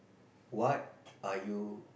what are you